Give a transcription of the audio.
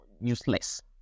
useless